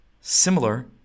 similar